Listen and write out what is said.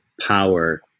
power